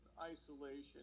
isolation